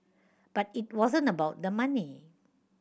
but it wasn't about the money